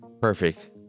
perfect